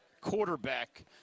quarterback